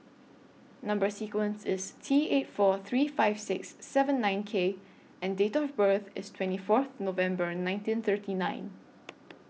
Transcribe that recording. Number sequence IS T eight four three five six seven nine K and Date of birth IS twenty Fourth November nineteen thirty nine